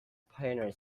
pioneer